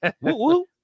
woo